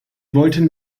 wollten